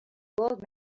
old